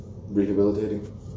rehabilitating